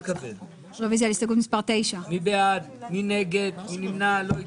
הצבעה הרוויזיה לא נתקבלה הרוויזיה לא התקבלה.